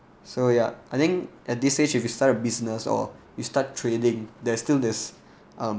so ya I think at this age if you start a business or you start trading there's still this um